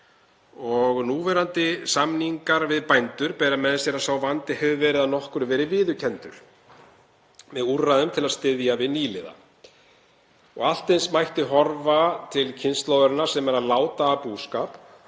Núverandi samningar við bændur bera með sér að sá vandi hefur að nokkru verið viðurkenndur, með úrræðum til að styðja við nýliða. Allt eins mætti horfa til kynslóðarinnar sem er að láta af búskap